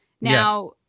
Now